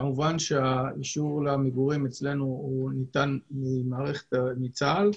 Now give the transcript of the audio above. כמובן שהאישור למגורים אצלנו ניתן מצה"ל.